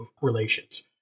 relations